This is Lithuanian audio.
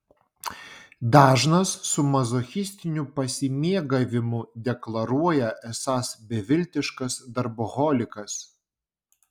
dažnas su mazochistiniu pasimėgavimu deklaruoja esąs beviltiškas darboholikas